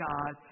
God